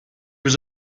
was